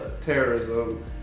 terrorism